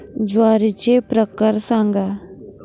ज्वारीचे प्रकार सांगा